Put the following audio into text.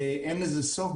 ואין לזה סוף,